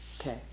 Okay